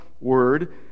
word